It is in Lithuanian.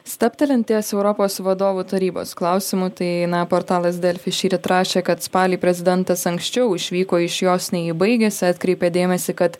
stabtelint ties europos vadovų tarybos klausimu tai na portalas delfi šįryt rašė kad spalį prezidentas anksčiau išvyko iš jos nei ji baigėsi atkreipė dėmesį kad